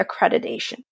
accreditation